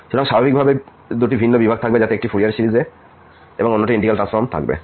সুতরাং স্বাভাবিকভাবেই দুটি ভিন্ন বিভাগ থাকবে যাতে একটি ফুরিয়ার সিরিজে এবং অন্যটি ইন্টিগ্রাল ট্রান্সফর্ম থাকবে